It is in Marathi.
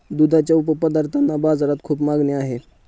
दुधाच्या उपपदार्थांना बाजारात खूप मागणी आहे